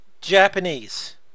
Japanese